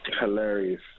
Hilarious